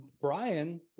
brian